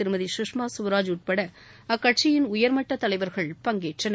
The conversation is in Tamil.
திருமதி சுஷ்மா ஸ்வராஜ் உட்பட அக்கட்சியின் உயர்மட்ட தலைவர்கள் பங்கேற்றனர்